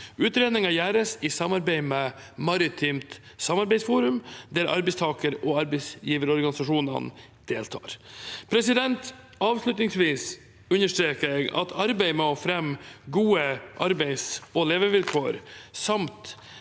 Utredningen gjøres i samarbeid med Maritimt samarbeidsforum, hvor arbeidstaker- og arbeidsgiverorganisasjonene deltar. Avslutningsvis understreker jeg at arbeid med å fremme gode arbeids- og levevilkår samt